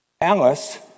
Alice